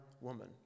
woman